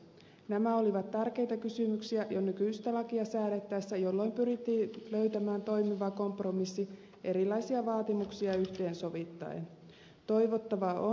nämä olivat tärkeitä kysymyksiä jo nykyistä lakia säädettäessä jolloin pyrittiin löytämään toimiva kompromissi erilaisia vaatimuksia yhteen sovittaen